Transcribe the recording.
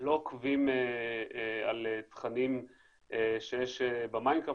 לא עוקבים על תכנים שיש במיינדקראפט,